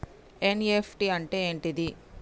NEFT అంటే ఏంటిది?